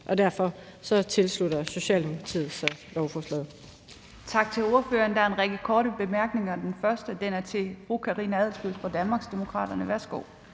Derfor tilslutter Socialdemokratiet sig lovforslaget.